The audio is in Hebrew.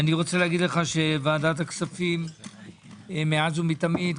ועדת הכספים מאז ומתמיד,